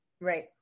right